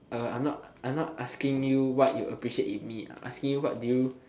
uh I'm not I'm not asking you what you appreciate in me I'm asking you what do you